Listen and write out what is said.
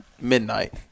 midnight